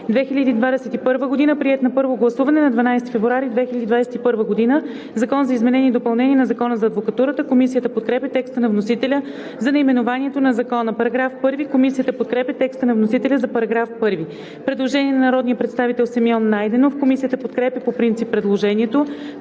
2021 г., приет на първо гласуване на 12 февруари 2021 г. „Закон за изменение и допълнение на Закона за адвокатурата (обн., ДВ, бр. ...)“.“ Комисията подкрепя текста на вносителя за наименованието на Закона. Комисията подкрепя текста на вносителя за § 1. Предложение от народния представител Симеон Найденов. Комисията подкрепя по принцип предложението.